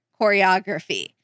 choreography